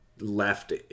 left